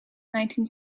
nineteen